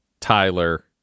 Tyler